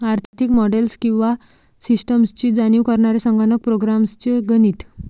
आर्थिक मॉडेल्स किंवा सिस्टम्सची जाणीव करणारे संगणक प्रोग्राम्स चे गणित